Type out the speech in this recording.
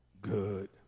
good